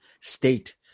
state